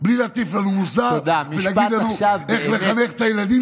בלי להטיף לנו מוסר ולהגיד לנו איך לחנך את הילדים